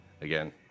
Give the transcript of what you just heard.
again